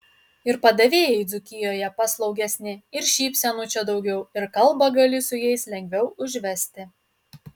ir padavėjai dzūkijoje paslaugesni ir šypsenų čia daugiau ir kalbą gali su jais lengviau užvesti